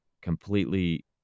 completely